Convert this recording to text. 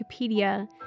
wikipedia